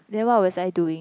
then what was I doing